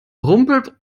rumpelt